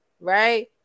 Right